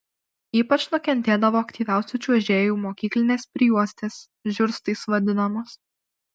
ypač nukentėdavo aktyviausių čiuožėjų mokyklinės prijuostės žiurstais vadinamos